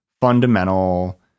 fundamental